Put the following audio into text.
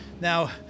Now